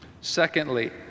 Secondly